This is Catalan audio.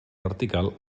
vertical